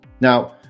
Now